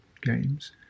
games